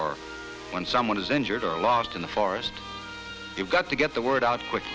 or when someone is injured or lost in the forest you've got to get the word out